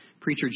Preacher